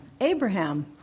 Abraham